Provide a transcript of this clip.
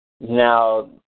Now